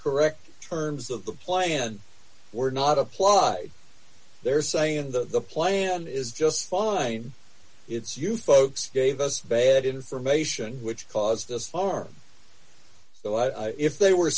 correct terms of the plan were not applied they're saying that the plan is just fine it's you folks gave us bad information which caused us far so if they were